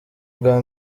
ubwa